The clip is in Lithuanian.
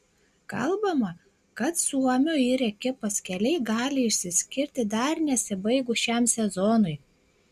kalbama kad suomio ir ekipos keliai gali išsiskirti dar nesibaigus šiam sezonui